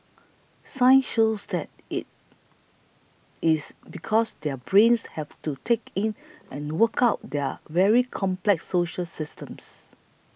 science shows that is is because their brains have to take in and work out their very complex social systems